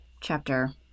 chapter